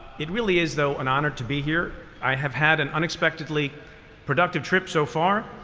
it really is though, an honor to be here. i have had an unexpectedly productive trip so far.